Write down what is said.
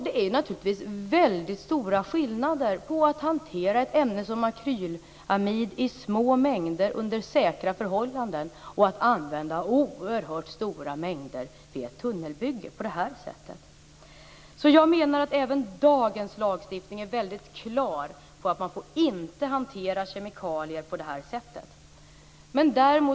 Det är naturligtvis väldigt stora skillnader på att hantera ett ämne som akrylamid i små mängder under säkra förhållanden och att använda oerhört stora mängder på det här sättet vid ett tunnelbygge. Jag menar att även dagens lagstiftning visar mycket klart att man inte får hantera kemikalier på det här sättet.